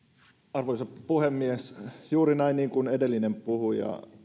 arvoisa puhemies juuri näin niin kuin edellinen puhuja